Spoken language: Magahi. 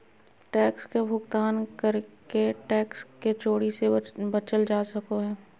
टैक्स के भुगतान करके टैक्स के चोरी से बचल जा सको हय